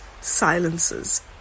silences